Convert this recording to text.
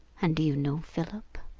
and do you know, philip,